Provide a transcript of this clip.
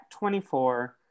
24